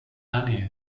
annie